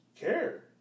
care